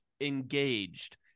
engaged